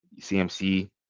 CMC